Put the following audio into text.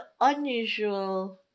unusual